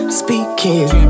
speaking